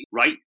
right